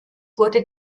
wurde